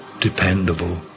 dependable